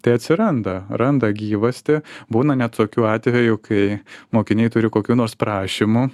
tai atsiranda randa gyvastį būna ne tokių atvejų kai mokiniai turi kokių nors prašymų